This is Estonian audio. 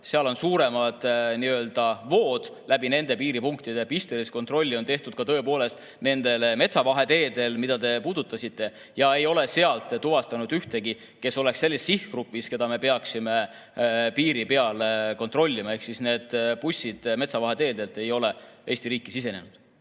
Seal on suuremad vood läbi nende piiripunktide. Pistelist kontrolli on tehtud tõepoolest ka metsavaheteedel, mida te puudutasite, aga me ei ole sealt tuvastanud ühtegi, kes oleks selles sihtgrupis, keda me peaksime piiri peal kontrollima, ehk need bussid metsavaheteedelt ei ole Eesti riiki sisenenud.